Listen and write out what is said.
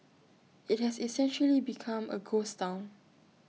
IT has essentially become A ghost Town